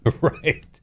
Right